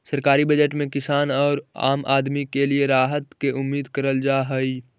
सरकारी बजट में किसान औउर आम आदमी के लिए राहत के उम्मीद करल जा हई